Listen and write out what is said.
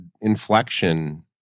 inflection